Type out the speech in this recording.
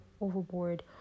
overboard